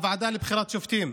לוועדה לבחירת השופטים.